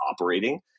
operating